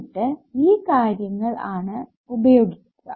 എന്നിട്ട് ഈ കാര്യങ്ങൾ ആണ് ഉപയോഗിക്കുക